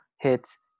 hits